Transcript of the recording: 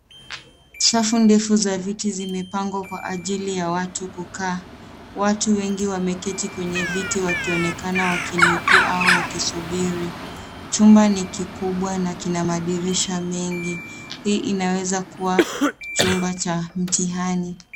Safu ndefu za viti zimepangwa kwa ajili ya watu kukaa. Watu wengi wameketi kwenye viti wakionekana wakinukuu au wakisubiri. Chumba ni kikubwa na kina madirisha mengi. Hii inaweza kuwa chumba cha mtihani.